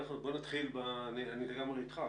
אני לגמרי איתך,